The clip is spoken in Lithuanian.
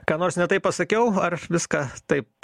ką nors ne taip pasakiau aš viską taip